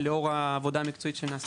לאור העבודה המקצועית שנעשית.